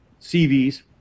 CVs